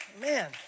Man